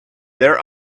their